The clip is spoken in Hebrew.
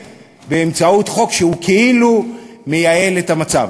באמצעות חוק שהוא כאילו מייעל את המצב.